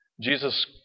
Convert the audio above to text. Jesus